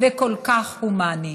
וכל כך הומני.